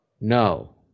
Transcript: No